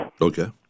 Okay